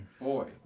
Boy